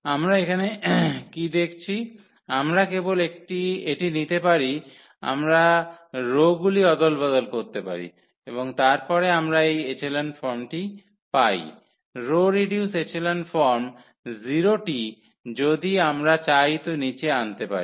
আমরা এখানে কী দেখছি আমরা কেবল এটি নিতে পারি আমরা রোগুলি অদলবদল করতে পারি এবং তারপরে আমরা এই এচেলন ফর্মটি পাই রো রিডিউসড এচেলন ফর্ম 0 টি যদি আমরা চাই তো নীচে আনতে পারি